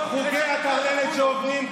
אני מצפה מכל חבר כנסת ציוני שנמצא פה